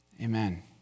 Amen